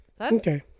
Okay